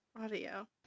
Audio